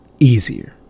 Easier